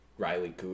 Riley